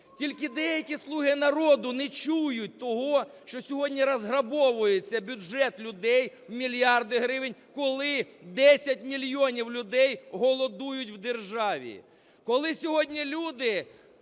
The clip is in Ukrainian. Тільки деякі "слуги народу" не чують того, що сьогодні розграбовується бюджет людей в мільярд гривень, коли 10 мільйонів людей голодують в державі. Коли сьогодні люди